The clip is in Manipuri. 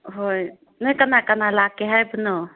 ꯍꯣꯏ ꯅꯣꯏ ꯀꯅꯥ ꯀꯅꯥ ꯂꯥꯛꯀꯦ ꯍꯥꯏꯕꯅꯣ